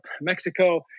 Mexico